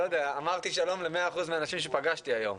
אמרתי שלום ל-100% שפגשתי היום.